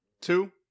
two